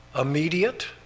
immediate